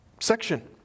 section